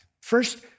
First